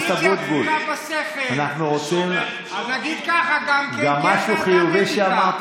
עד אז לטנף, אז תדעו שהקואליציה הזאת